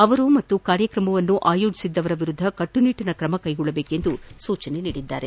ಅವರು ಮತ್ತು ಕಾರ್ಯಕ್ರಮವನ್ನು ಆಯೋಜಿಸಿದ್ದವರ ವಿರುದ್ದ ಕಟ್ಟುನಿಟ್ಟಿನ ಕ್ರಮಕೈಗೊಳ್ಳುವಂತೆ ಸೂಜಿಸಿದ್ದಾರೆ